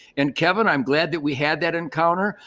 and kevin, i'm glad that we had that encounter.